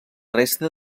resta